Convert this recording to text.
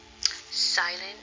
Silent